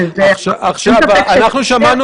אין ספק --- אנחנו שמענו